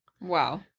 Wow